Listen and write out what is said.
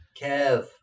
Kev